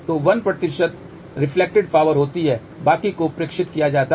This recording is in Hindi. तो 1 रिफ्लेक्टेड पावर होती है बाकी को प्रेषित किया जाता है